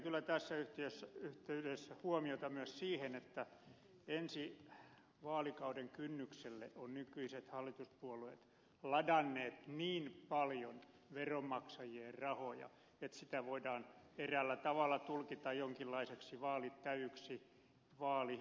kiinnitän kyllä tässä yhteydessä huomiota myös siihen että ensi vaalikauden kynnykselle ovat nykyiset hallituspuolueet ladanneet niin paljon veronmaksajien rahoja että sitä voidaan eräällä tavalla tulkita jonkinlaiseksi vaalitäkyksi vaalirahoitukseksi